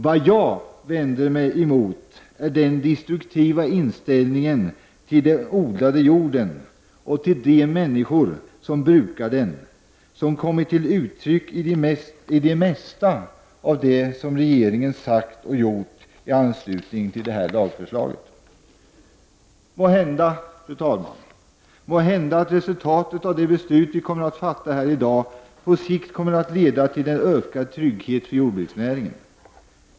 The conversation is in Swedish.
Vad jag vänder mig emot är den destruktiva inställning till den odlade jorden och till de människor som brukar den, som kommit till uttryck i det mesta av vad regeringen sagt och gjort i anslutning till detta lagförslag. Fru talman! Måhända kommer det beslut vi kommer att fatta här i dag på sikt att leda till ökad trygghet för jordbruksnäringen.